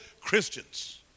Christians